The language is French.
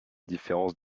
différences